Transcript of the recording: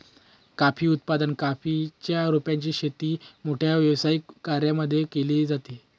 coffee उत्पादन, coffee च्या रोपांची शेती मोठ्या व्यावसायिक कर्यांमध्ये केली जाते